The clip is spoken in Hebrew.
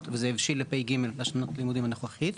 וזה הבשיל לתשפ"ג לשנת הלימודים הנוכחית,